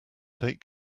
take